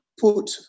put